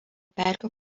pelkių